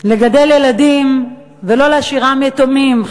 לגדל ילדים, ולא להשאירם יתומים.